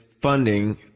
Funding